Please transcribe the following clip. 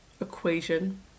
equation